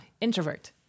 Introvert